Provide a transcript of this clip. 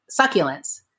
succulents